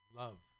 love